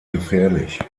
gefährlich